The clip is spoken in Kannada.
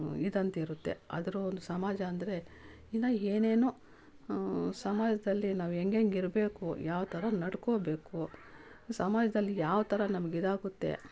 ಇದಂತಿರುತ್ತೆ ಆದರೂ ಒಂದು ಸಮಾಜ ಅಂದರೆ ಇನ್ನೂ ಏನೇನೋ ಸಮಾಜದಲ್ಲಿ ನಾವು ಹೆಂಗೆಂಗಿರಬೇಕು ಯಾವ ಥರ ನಡ್ಕೊಳ್ಬೇಕು ಸಮಾಜದಲ್ಲಿ ಯಾವ ಥರ ನಮಗಿದಾಗುತ್ತೆ